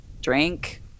drink